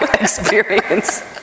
experience